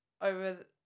over